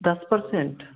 दस परसेंट